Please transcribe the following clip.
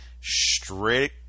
straight